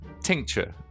Tincture